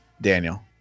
Daniel